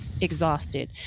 exhausted